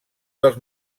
dels